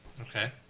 Okay